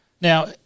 Now